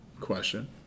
question